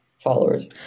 followers